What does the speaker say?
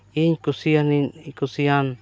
ᱤᱧ ᱠᱩᱥᱤᱭᱟᱱᱤ ᱠᱩᱥᱤᱭᱟᱱ